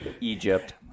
Egypt